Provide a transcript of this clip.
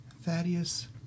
Thaddeus